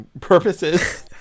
purposes